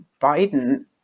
biden